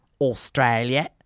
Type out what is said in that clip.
Australia